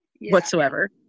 whatsoever